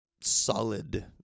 solid